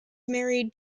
married